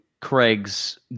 Craig's